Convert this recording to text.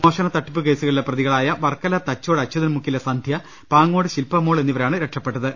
മോഷണ തട്ടിപ്പു കേസുകളിലെ പ്രതികളായ വർക്കല തച്ചോട് അച്ചു തൻമുക്കിലെ സന്ധ്യ പാങ്ങോട് ശിൽപ മോൾ എന്നിവരാണ് രക്ഷപ്പെട്ടത്